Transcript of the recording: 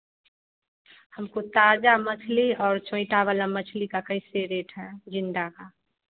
हमको ताज़ा मछली और छोटा वाला मछली का कैसे रेट है ज़िंदा का